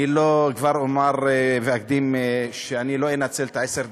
אני אקדים ואומר שאני לא אנצל את עשר הדקות,